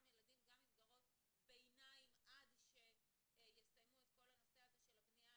ילדים גם מסגרות ביניים עד שיסיימו את כל הנושא הזה של הבנייה.